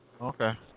Okay